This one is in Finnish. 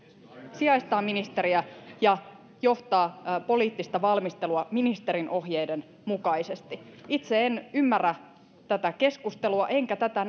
sijaistaa ministeriä ja johtaa poliittista valmistelua ministerin ohjeiden mukaisesti itse en ymmärrä tätä keskustelua enkä tätä